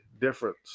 difference